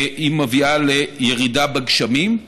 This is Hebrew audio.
היא מביאה לירידה בגשמים.